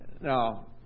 Now